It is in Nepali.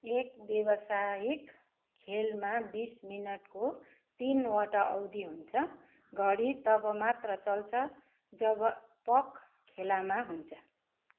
एक व्यावसायिक खेलमा बिस मिनटको तिनवटा अवधि हुन्छ घडी तब मात्र चल्छ जब पक खेलामा हुन्छ